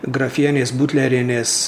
grafienės butlerienės